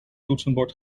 toetsenbord